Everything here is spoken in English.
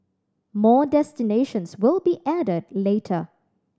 more destinations will be added later